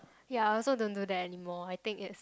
ya I also don't do that anymore I take it